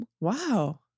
Wow